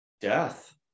death